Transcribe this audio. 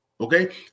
Okay